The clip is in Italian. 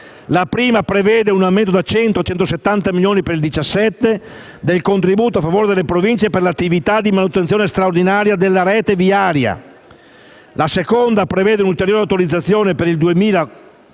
La prima prevede un aumento da 100 a 170 milioni di euro, per il 2017, del contributo in favore delle Province per l'attività di manutenzione straordinaria della rete viaria. La seconda disposizione prevede un'ulteriore autorizzazione di spesa